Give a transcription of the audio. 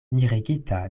miregita